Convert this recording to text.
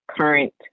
current